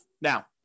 Now